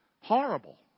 Horrible